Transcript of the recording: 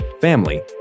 family